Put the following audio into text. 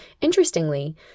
Interestingly